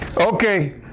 Okay